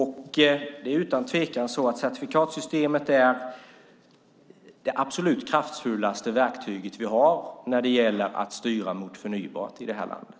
Certifikatsystemet är utan tvekan det absolut mest kraftfulla verktyg vi har när det gäller att styra mot förnybart här i landet.